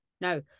no